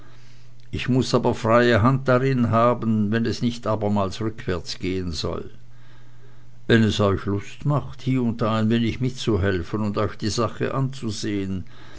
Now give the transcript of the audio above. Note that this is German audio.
ich muß aber freie hand darin haben wenn es nicht abermals rückwärts gehen soll wenn es euch lust macht hie und da ein wenig mitzuhelfen und euch die sache anzusehen